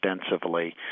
extensively